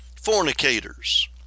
Fornicators